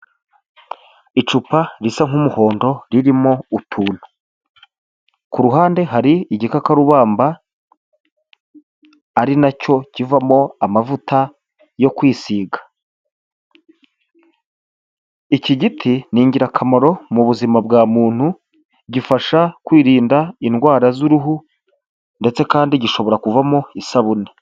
Icupa risa nk'umuhondo ririmo utuntu, kuruhande hari igikakarubamba ari nacyo kivamo amavuta yo kwisiga. Iki giti ni ingirakamaro mu buzima bwa muntu, gifasha kwirinda indwara z'uruhu ndetse kandi gishobora kuvamo isabune.